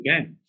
Okay